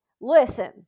Listen